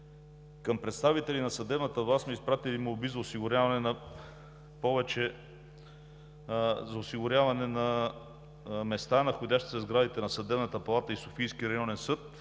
Към представители на съдебната власт сме изпратили молби за осигуряване на места, находящи се в сградите на Съдебната палата и Софийския районен съд,